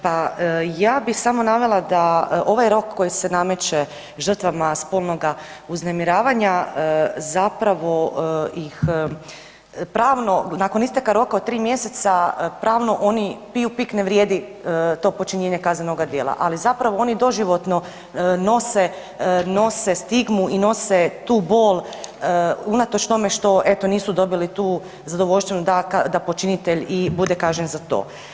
Pa ja bih samo navela da ovaj rok koji se nameće žrtvama spolnoga uznemiravanja zapravo ih pravno nakon isteka roka od 3 mjeseca, pravno oni piju pik ne vrijedi to počinjenje kaznenoga dijela, ali zapravo oni doživotno nose, nose stigmu i nose tu bol unatoč tome što eto nisu dobili tu zadovoljštinu da počinitelj i bude kažnjen za to.